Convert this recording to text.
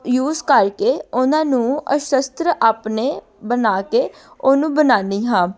use ਕਰਕੇ ਉਹਨਾਂ ਨੂੰ ਅਸ਼ਸਤਰ ਆਪਣੇ ਬਣਾ ਕੇ ਉਹਨੂੰ ਬਣਾਉਂਦੀ ਹਾਂ